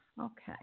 Okay